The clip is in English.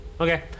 Okay